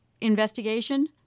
investigation